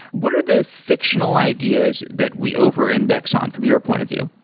what are the fictional ideas that we over-index on from your point of view?